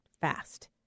fast